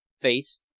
face